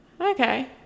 Okay